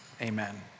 Amen